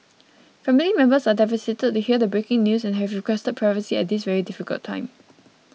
family members are devastated to hear the breaking news and have requested privacy at this very difficult time